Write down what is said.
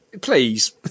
please